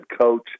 coach